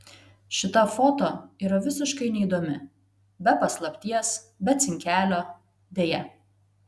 šita foto yra visiškai neįdomi be paslapties be cinkelio deja